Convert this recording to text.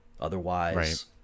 Otherwise